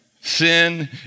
Sin